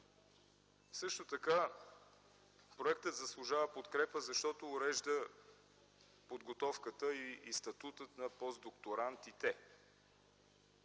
предложение. Проектът заслужава подкрепа и защото урежда подготовката и статута на постдокторантите.